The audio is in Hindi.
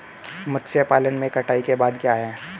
मत्स्य पालन में कटाई के बाद क्या है?